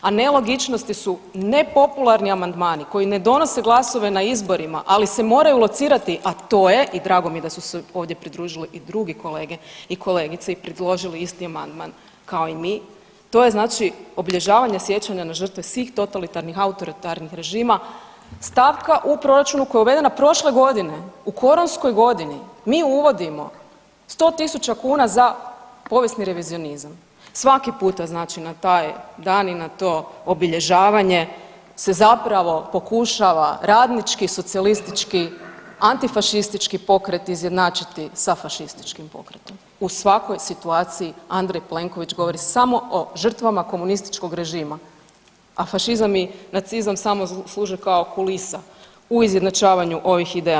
A nelogičnosti su nepopularni amandmani koji ne donose glasove na izborima, ali se moraju locirati, a to je i drago mi je da su se ovdje pridružili i drugi kolege i kolegice i predložili isti amandman kao i mi, to je znači obilježavanje sjećanja na žrtve svih totalitarnih autoritarnih režima, stavka u proračunu koja je uvedena prošle godine u koronskoj godini, mi uvodimo 100 tisuća kuna za povijesni revizionizam, svaki puta znači na taj dan, i na to obilježavanje se zapravo pokušava radnički socijalistički antifašistički pokret izjednačiti sa fašističkim pokretom u svakoj situaciji Andrej Plenković govori samo o žrtvama komunističkog režima, a fašizam i nacizam samo služe kao kulisa u izjednačavanju ovih ideja.